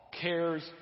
cares